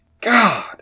God